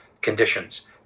conditions